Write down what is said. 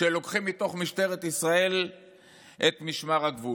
כשלוקחים מתוך משטרת ישראל את משמר הגבול,